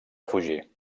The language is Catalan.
fugir